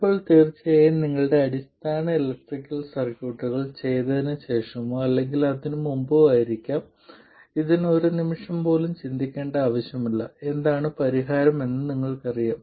ഇപ്പോൾ തീർച്ചയായും ഇത് നിങ്ങളുടെ അടിസ്ഥാന ഇലക്ട്രിക്കൽ സർക്യൂട്ടുകൾ ചെയ്തതിന് ശേഷമോ അല്ലെങ്കിൽ അതിനുമുമ്പോ ആയിരിക്കാം ഇതിന് ഒരു നിമിഷം പോലും ചിന്തിക്കേണ്ട ആവശ്യമില്ല എന്താണ് പരിഹാരം എന്ന് നിങ്ങൾക്കറിയാം